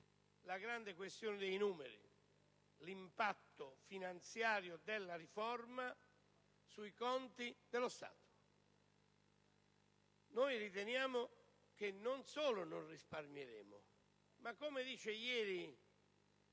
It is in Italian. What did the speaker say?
la grande questione dei numeri, l'impatto finanziario della riforma sui conti dello Stato. Noi riteniamo che non solo non risparmieremo, ma, come diceva ieri il